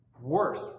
worse